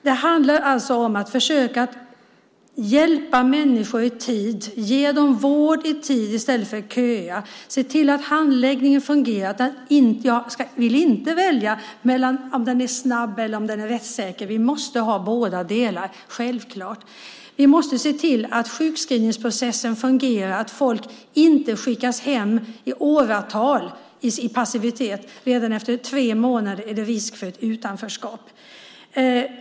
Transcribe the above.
Det handlar alltså om att försöka hjälpa människor i tid, ge dem vård i tid i stället för att låta dem köa och se till att handläggningen fungerar. Jag vill inte välja mellan att den ska vara snabb och att den ska vara rättssäker, utan vi måste självklart ha båda delar. Vi måste se till att sjukskrivningsprocessen fungerar, att folk inte skickas hem i passivitet i åratal. Redan efter tre månader är det risk för ett utanförskap.